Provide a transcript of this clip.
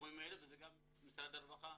התחומים האלה וגם משרד הרווחה